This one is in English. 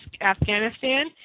Afghanistan